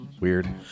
Weird